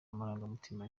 amarangamutima